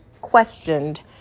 questioned